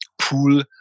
pool